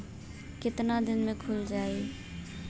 कितना दिन में खुल जाई?